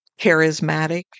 Charismatic